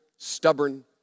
Stubborn